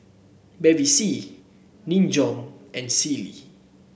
Bevy C Nin Jiom and Sealy